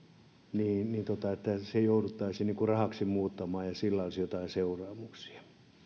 niin se jouduttaisiin rahaksi muuttamaan ja sillä olisi jotain seuraamuksia